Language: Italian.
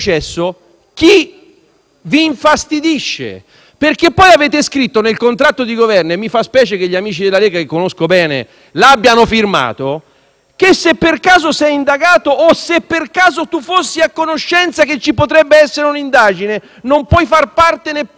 vi infastidisce. Nel contratto di Governo avete poi scritto - e mi fa specie che gli amici della Lega, che conosco bene, lo abbiano firmato - che se per caso sei indagato o se per caso tu fossi a conoscenza che potrebbe esservi un'indagine non puoi far parte neppure del Governo.